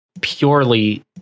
purely